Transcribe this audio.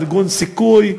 ארגון "סיכוי",